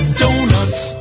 donuts